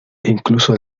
incluso